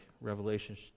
Revelation